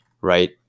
right